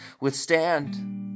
withstand